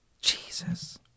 Jesus